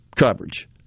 coverage